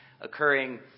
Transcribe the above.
occurring